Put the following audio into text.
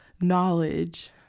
knowledge